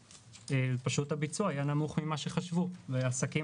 פשוט הביצוע היה נמוך ממה שחשבו והעסקים